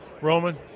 Roman